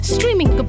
Streaming